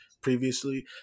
previously